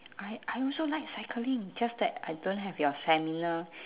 I I also like cycling just that I don't have your stamina